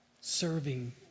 serving